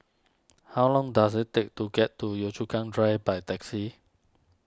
how long does it take to get to Yio Chu Kang Drive by taxi